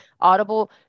Audible –